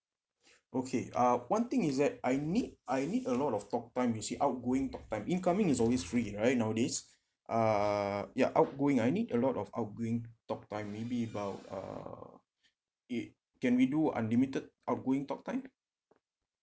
okay uh one thing is that I need I need a lot of talk time you see outgoing talk time incoming is always free right nowadays uh ya outgoing I need a lot of outgoing talk time maybe about uh it can we do unlimited outgoing talk time